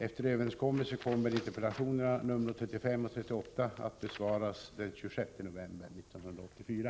Efter överenskommelse skall interpellationerna nr 35 och 38 besvaras den 26 november 1984.